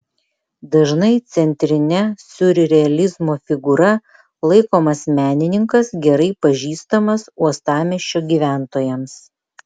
dažnai centrine siurrealizmo figūra laikomas menininkas gerai pažįstamas uostamiesčio gyventojams